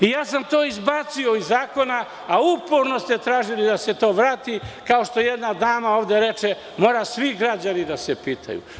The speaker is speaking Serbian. To sam izbacio iz zakona, a uporno ste tražili da se to vrati, kao što jedna dama ovde reče – mora svi građani da se pitaju.